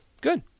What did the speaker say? Good